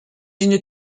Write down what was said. une